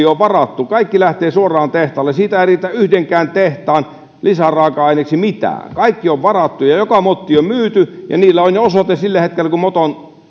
on varattu kaikki lähtee suoraan tehtaalle siitä ei riitä yhdenkään tehtaan lisäraaka aineeksi mitään kaikki on varattu ja joka motti on myyty ja niillä on osoite jo sillä hetkellä kun moton